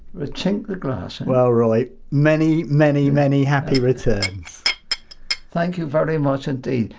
we'll chink the glasses well roy, many, many, many happy returns thank you very much indeed.